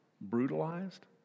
brutalized